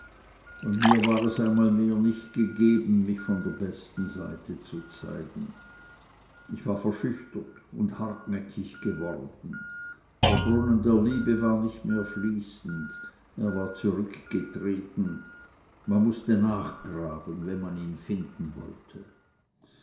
und mir war es einmal nicht mehr gegeben mich von der bessern seite zu zeigen ich war verschüchtert und hartnäckig geworden der brunnen der liebe war nicht mehr fließend er war zurückgetreten man mußte nachgraben wenn man ihn finden wollte